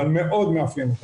אבל מאוד מאפיין אותם,